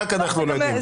רק אנחנו לא יודעים.